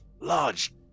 large